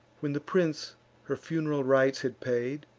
when the prince her fun'ral rites had paid,